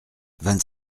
vingt